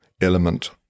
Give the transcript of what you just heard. element